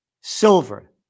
Silver